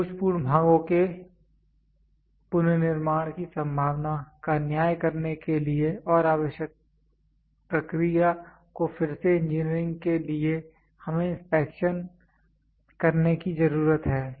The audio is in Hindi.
दोषपूर्ण भागों के पुनर्निर्माण की संभावना का न्याय करने के लिए और आवश्यक प्रक्रिया को फिर से इंजीनियरिंग के लिए हमें इंस्पेक्शन करने की जरूरत है